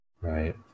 Right